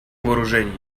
вооружений